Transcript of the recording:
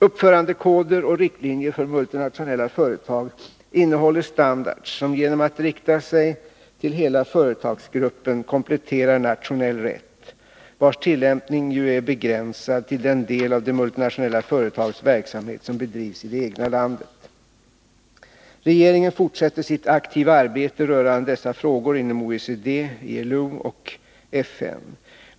Uppförandekoder och riktlinjer rörande multinationella företag innehåller standarder som genom att rikta sig till hela företagsgruppen kompletterar nationell rätt, vars tillämpning ju är begränsad till den del av det multinationella företagets verksamhet som bedrivs i det egna landet. Regeringen fortsätter sitt aktiva arbete rörande dessa frågor inom OECD, ILO och FN.